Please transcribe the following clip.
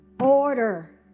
order